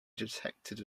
detected